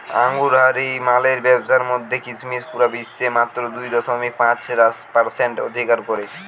আঙুরহারি মালের ব্যাবসার মধ্যে কিসমিস পুরা বিশ্বে মাত্র দুই দশমিক পাঁচ পারসেন্ট অধিকার করে